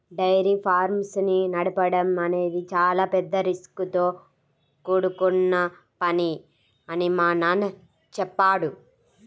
dairy farms ని నడపడం అనేది చాలా పెద్ద రిస్కుతో కూడుకొన్న పని అని మా నాన్న చెప్పాడు